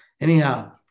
Anyhow